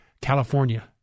California